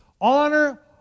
Honor